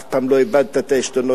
אף פעם לא איבדת את העשתונות,